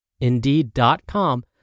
Indeed.com